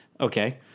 okay